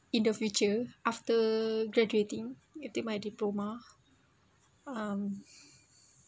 in the future after graduating getting my diploma um